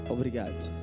Obrigado